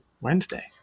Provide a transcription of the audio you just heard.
Wednesday